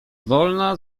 wolna